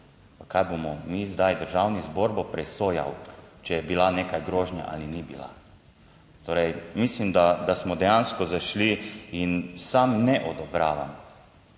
kaj bomo mi zdaj, Državni zbor bo presojal, če je bila neka grožnja ali ni bila. Torej, mislim, da smo dejansko zašli in sam ne odobravam